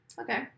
Okay